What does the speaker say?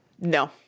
No